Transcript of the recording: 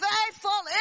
Faithful